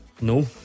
No